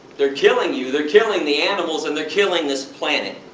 they're killing you, they're killing the animals, and they're killing this planet.